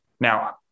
Now